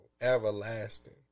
everlasting